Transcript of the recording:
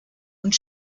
und